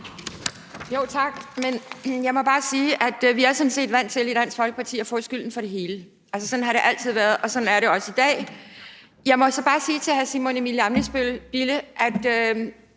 Tak. Men jeg må bare sige, at vi sådan set er vant til i Dansk Folkeparti at få skylden for det hele. Altså, sådan har det altid været, og sådan er det også i dag. Jeg må så bare sige til hr. Simon Emil Ammitzbøll-Bille, at